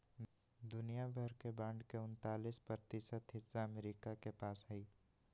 दुनिया भर के बांड के उन्तालीस प्रतिशत हिस्सा अमरीका के पास हई